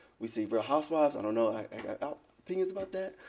we see real housewives. i don't know, i got opinions about that.